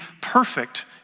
perfect